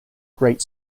great